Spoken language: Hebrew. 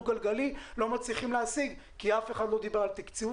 דו-גלגלי לא מצליחים להשיג בגלל שאף אחד לא דיבר על תקצוב,